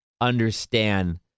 understand